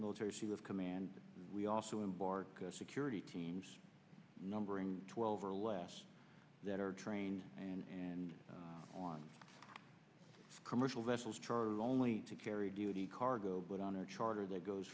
military seal of command we also embark security teams numbering twelve or less that are trained and on commercial vessels charter only to carry duty cargo but on our charter that goes